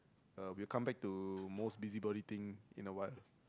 uh we'll come back to most busybody thing in awhile